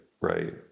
Right